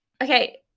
Okay